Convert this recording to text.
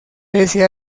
pese